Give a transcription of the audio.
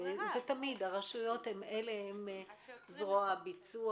הרשויות הן תמיד זרוע הביצוע.